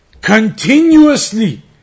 continuously